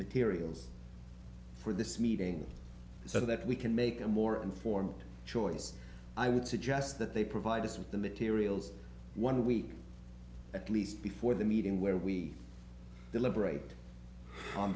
materials for this meeting so that we can make a more informed choice i would suggest that they provide us with the materials one week at least before the meeting where we elaborate on